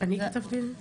--- אני כתבתי את זה?